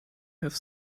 have